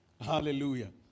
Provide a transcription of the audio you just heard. Hallelujah